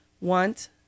want